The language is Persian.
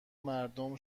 مردم